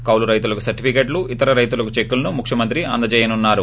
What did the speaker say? కౌలు రైతులకు సర్గిఫికెట్లు ఇతర రైతులకు చెక్కులను ముఖ్యమంత్రి అందజేయనున్నారు